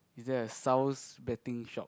yes sounds betting shop